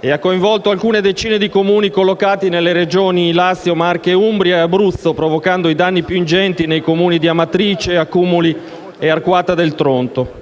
e ha coinvolto alcune decine di Comuni collocati nelle regioni Lazio, Marche, Umbria e Abruzzo provocando i danni più ingenti nei Comuni di Amatrice, Accumoli e Arquata del Tronto.